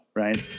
right